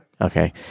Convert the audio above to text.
Okay